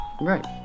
Right